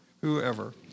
whoever